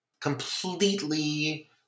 completely